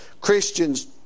Christians